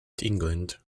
england